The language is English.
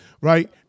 right